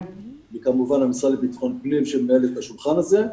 וכמובן המשרד לביטחון פנים שמנהל את השולחן הזה.